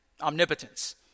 omnipotence